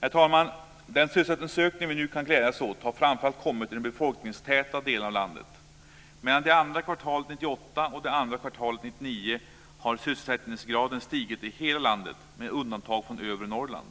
Herr talman! Den sysselsättningsökning vi nu kan glädjas år har framför allt kommit i de befolkningstäta delarna av landet. Mellan det andra kvartalet 1998 och andra kvartalet 1999 har sysselsättningsgraden stigit i hela landet, med undantag för övre Norrland.